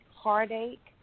heartache